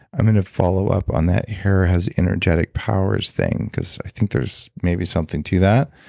i'm going to follow up on that hair has energetic powers thing because i think there's maybe something to that.